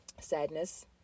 sadness